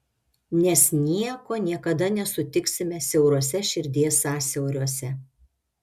nes nieko niekada nesutiksime siauruose širdies sąsiauriuose